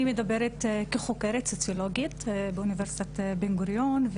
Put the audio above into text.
אני מדברת כחוקרת סוציולוגית באוניברסיטת בן-גוריון,